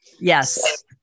Yes